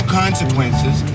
consequences